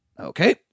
Okay